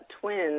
twins